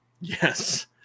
yes